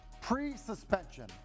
pre-suspension